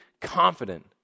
confident